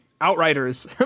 Outriders